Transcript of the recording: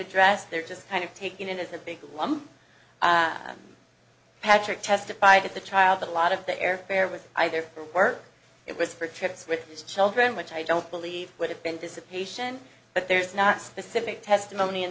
address they're just kind of taken as a big lump patrick testified at the trial that a lot of the airfare was either for work it was for trips with children which i don't believe would have been dissipation but there's not specific testimony in